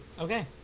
Okay